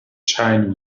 shine